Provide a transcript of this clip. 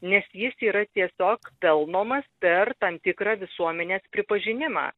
nes jis yra tiesiog pelnomas per tam tikrą visuomenės pripažinimą